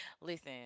listen